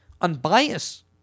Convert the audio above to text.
unbiased